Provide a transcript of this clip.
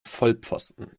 vollpfosten